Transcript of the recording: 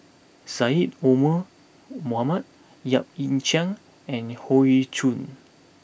Syed Omar Mohamed Yap Ee Chian and Hoey Choo